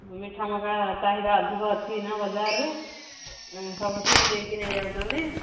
ମିଠା ମକା ଚାହିଦା ଅଧିକ ଅଛି ଏଇନା ବଜାରରେ ଏ ସବୁ ଖୁସି ହେଇକି ନେଇଯାଉଛନ୍ତି